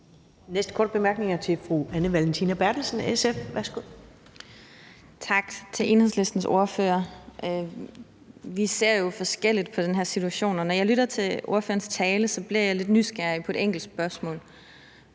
SF. Værsgo. Kl. 12:46 Anne Valentina Berthelsen (SF): Tak til Enhedslistens ordfører. Vi ser jo forskelligt på den her situation, og når jeg lytter til ordførerens tale, bliver jeg lidt nysgerrig på et enkelt spørgsmål.